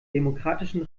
demokratischen